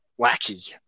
wacky